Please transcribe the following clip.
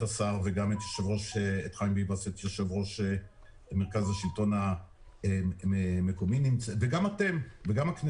השר וגם את יושב-ראש השלטון המקומי חיים ביבס וגם הכנסת,